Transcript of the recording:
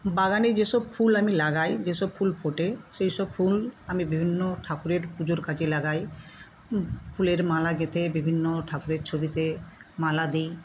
বাগানে যে সব ফুল আমি লাগাই যে সব ফুল ফোটে সেই সব ফুল আমি বিভিন্ন ঠাকুরের পুজোর কাজে লাগাই ফুলের মালা গেঁথে বিভিন্ন ঠাকুরের ছবিতে মালা দিই